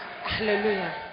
Hallelujah